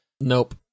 Nope